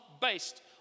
based